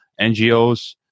NGOs